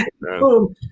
boom